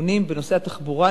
דיונים בנושא התחבורה,